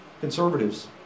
conservatives